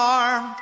arm